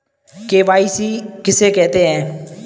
KYC किसे कहते हैं?